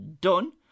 done